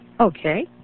Okay